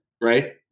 right